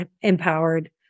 empowered